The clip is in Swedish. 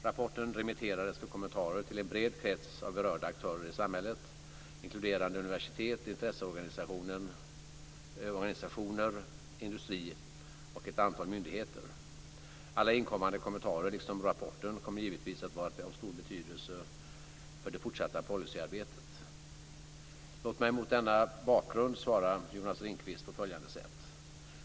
Rapporten remitterades för kommentarer till en bred krets av berörda aktörer i samhället, vilket inkluderar universitet, intresseorganisationer, industrin och ett antal myndigheter. Alla inkommande kommentarer liksom rapporten kommer givetvis att vara av stor betydelse för det fortsatta policyarbetet. Låt mig mot denna bakgrund svara Jonas Ringqvist på följande sätt.